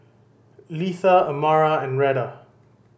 Litha Amara and Reta